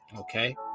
Okay